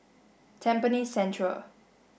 Tampines Central